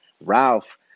Ralph